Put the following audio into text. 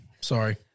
Sorry